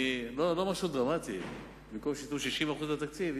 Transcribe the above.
לא משהו דרמטי: במקום שייתנו 60% לתקציב,